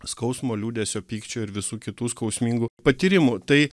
skausmo liūdesio pykčio ir visų kitų skausmingų patyrimų tai